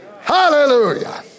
Hallelujah